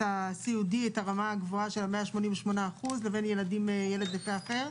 הסיעודי את הרמה הגבוהה של ה-188% לבין ילד נכה אחר?